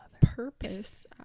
Purpose